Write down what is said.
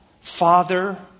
Father